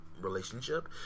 relationship